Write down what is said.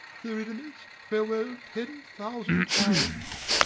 theridamas, farewell ten thousand times.